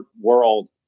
world